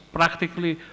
practically